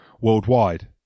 worldwide